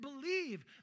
believe